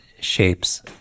shapes